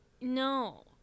No